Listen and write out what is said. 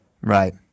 Right